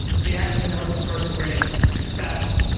react had been open source great success,